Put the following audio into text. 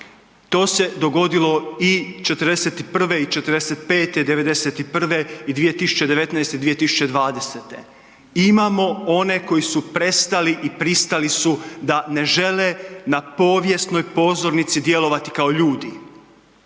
to se dogodilo i '41. i '45., '91. i 2019. i 2020. Imamo one koji su prestali i pristali su da ne žele na povijesnoj pozornici djelovati kao ljudi.